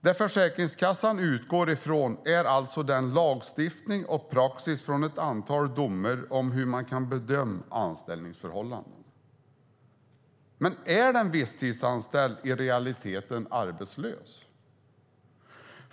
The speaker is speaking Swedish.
Vad Försäkringskassan utgår från är lagstiftning och praxis utifrån ett antal domar om hur man kan bedöma anställningsförhållanden. Men är den visstidsanställde i realiteten arbetslös?